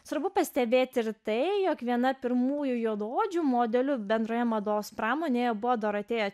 svarbu pastebėti ir tai jog viena pirmųjų juodaodžių modelių bendroje mados pramonėje buvo dorotėja